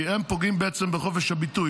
כי הם פוגעים בעצם בחופש הביטוי.